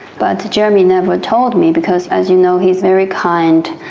but jeremy never told me because, as you know, he's very kind,